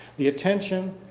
the attention,